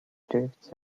drifts